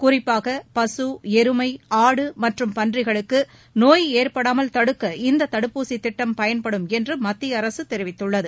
குறிப்பாக பசு எருமை ஆடு மற்றும் பன்றிகளுக்கு நோய் ஏற்படாமல் தடுக்க இந்த தடுப்பூசி திட்டம் பயன்படும் என்று மத்திய அரசு தெரிவித்துள்ளது